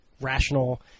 rational